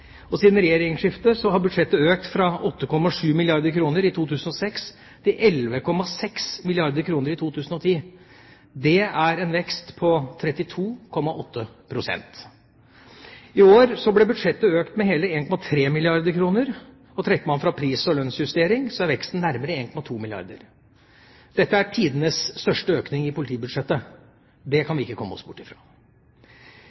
vesentlig. Siden regjeringsskiftet har budsjettet økt fra 8,7 milliarder kr i 2006 til 11,6 milliarder kr i 2010. Det er en vekst på 32,8 pst. I år ble budsjettet økt med hele 1,3 milliarder kr. Trekker man fra pris- og lønnsjustering, er veksten nærmere 1,2 milliarder kr. Dette er tidenes største økning i politibudsjettet. Det kan